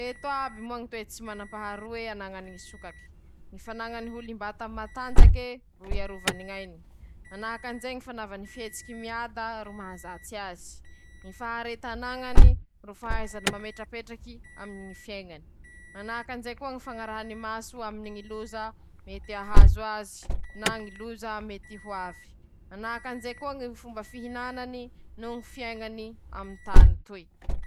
<...>Eka, ñy aomby vavy noho ñy aosy vavy mahay ñy tompony, ñ'antony: -Misy iii ñy fomba fataony ñy tompony hahazarany azy. Manahaky anizao moa ñy firaiketam-pony ñy aomby vavy: -Mañoriky any ñy tompony avao i ze ombane, mañampy azy ko'eie lafa i ro miasa. Manahaky anizao koa ñy firaiketam-pony ñ'aosy vavy: -Mifampikasokasoky aminy ñy tompony i ro mañeañea azy lafa i ro hitany<...>.